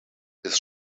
his